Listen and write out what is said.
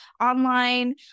online